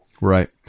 Right